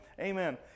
Amen